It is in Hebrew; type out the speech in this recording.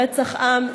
ברצח עם,